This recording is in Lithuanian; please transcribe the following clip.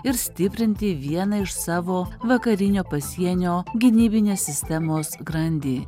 ir stiprinti vieną iš savo vakarinio pasienio gynybinės sistemos grandį